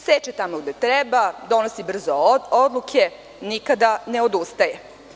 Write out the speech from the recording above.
Seče tamo gde treba, donosi brzo odluke, nikada ne odustaje.